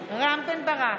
רם בן ברק,